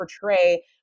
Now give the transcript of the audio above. portray